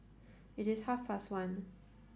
it is half fast one